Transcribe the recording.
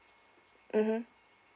mmhmm